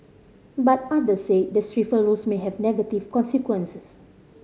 but others said the stiffer rules may have negative consequences